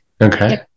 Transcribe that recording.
Okay